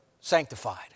sanctified